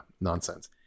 nonsense